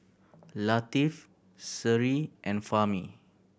Latif Seri and Fahmi